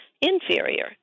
inferior